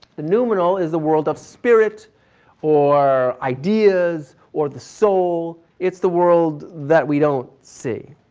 the nominal is the world of spirit or ideas or the soul. it's the world that we don't see.